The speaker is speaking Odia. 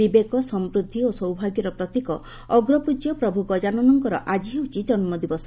ବିବେକ ସମୃଦ୍ଧି ଓ ସୌଭାଗ୍ୟର ପ୍ରତୀକ ଅଗ୍ରପୂଜ୍ୟ ପ୍ରଭୁ ଗଜ୍ଜାନନଙ୍କର ଆଜି ହେଉଛି ଜନ୍ମଦିବସ